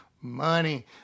money